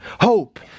hope